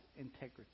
integrity